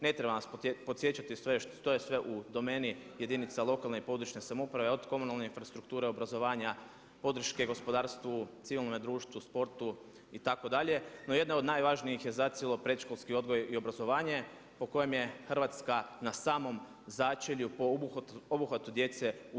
Ne trebam vas podsjećati što je sve u domeni jedinica lokalne i područne samouprave od komunalne infrastrukture, obrazovanja, podrške gospodarstvu, civilnom društvu, sportu itd. no jedna od najvažnijih je zacijelo predškolski odgoj i obrazovanje po kojem je Hrvatska na samom začelju po obuhvate djece u EU.